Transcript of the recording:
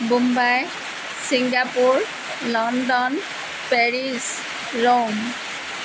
Bombay Singapore London Paris Rome